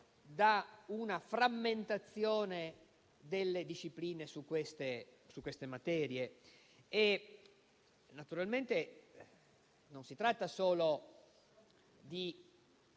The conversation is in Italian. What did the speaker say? da una frammentazione delle discipline su queste materie. Naturalmente si tratta non solo di